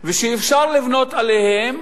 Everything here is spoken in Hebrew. ושאפשר לבנות עליהם,